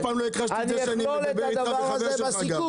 אף פעם לא הכחשתי את זה שאני מדבר איתך וחבר שלך גם.